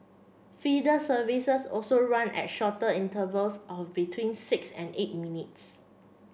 feeder services also run at shorter intervals of between six and eight minutes